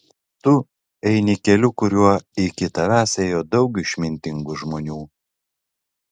tu eini keliu kuriuo iki tavęs ėjo daug išmintingų žmonių